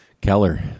Keller